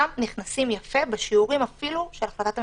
לשם נכנסים יפה אפילו בשיעורים של החלטת הממשלה.